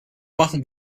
machen